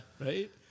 right